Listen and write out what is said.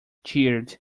cheered